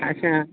अच्छा